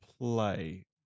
play